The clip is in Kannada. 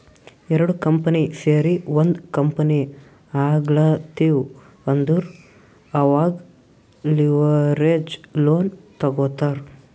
ಎರಡು ಕಂಪನಿ ಸೇರಿ ಒಂದ್ ಕಂಪನಿ ಆಗ್ಲತಿವ್ ಅಂದುರ್ ಅವಾಗ್ ಲಿವರೇಜ್ ಲೋನ್ ತಗೋತ್ತಾರ್